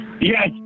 Yes